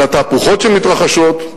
על התהפוכות שמתרחשות.